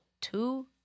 Two